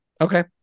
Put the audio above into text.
okay